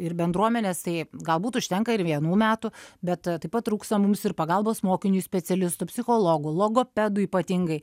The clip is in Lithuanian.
ir bendruomenės tai galbūt užtenka ir vienų metų bet taip pat trūksta mums ir pagalbos mokiniui specialistų psichologų logopedų ypatingai